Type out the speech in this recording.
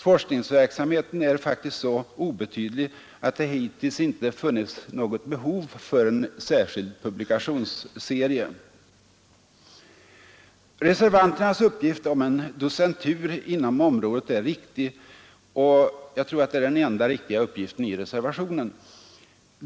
Forskningsverksamheten är faktiskt så obetydlig att det hittills inte funnits något behov av en särskild publikationsserie. Reservanternas uppgift om en docentur inom området är riktig, och jag tror det är den enda riktiga uppgiften i reservationen.